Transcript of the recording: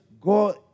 go